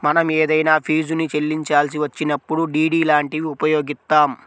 మనం ఏదైనా ఫీజుని చెల్లించాల్సి వచ్చినప్పుడు డి.డి లాంటివి ఉపయోగిత్తాం